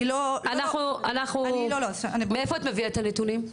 מאין את מביאה את הנתונים?